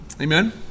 Amen